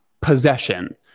possession